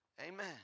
amen